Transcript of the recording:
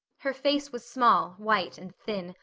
her face was small, white and thin,